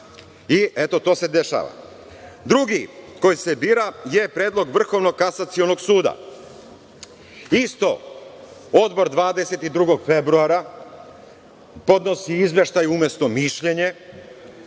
i eto to se dešava. Drugi koji se bira je predlog Vrhovnog kasacionog suda. Isto Odbor 22. februara podnosi Izveštaj umesto mišljenja.